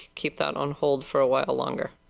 keep that on hold for a while longer.